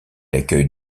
accueille